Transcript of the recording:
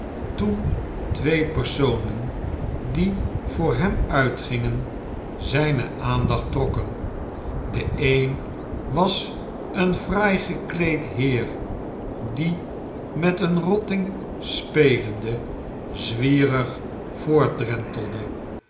toen twee personen die voor hem uitgingen zijne aandacht trokken de een was een fraai gekleed heer die met een rotting spelende zwierig